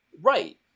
Right